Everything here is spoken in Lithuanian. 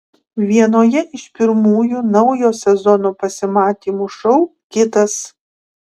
vienoje iš pirmųjų naujo sezono pasimatymų šou kitas